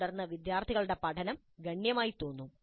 തുടർന്ന് വിദ്യാർത്ഥികളുടെ പഠനം ഗണ്യമായി തോന്നുന്നു